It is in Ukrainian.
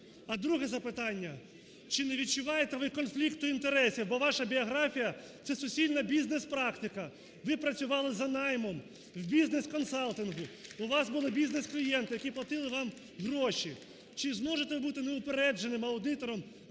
А друге запитання. Чи не відчуваєте ви конфлікту інтересів? Бо ваша біографія – це суцільна бізнес-практика: ви працювали за наймом в бізнес-консалтингу, у вас були бізнес-клієнти, які платили вам гроші. Чи зможете бути неупередженим аудитором